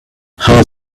how